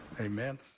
Amen